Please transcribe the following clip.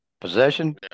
possession